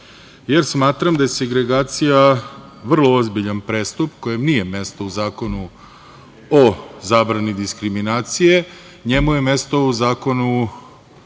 jer smatram da je segregacija vrlo ozbiljan prestup kojem nije mesto u Zakonu o zabrani diskriminacije, njemu je mesto u